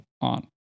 on